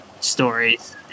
stories